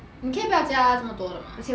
你可以不要加那么多的嘛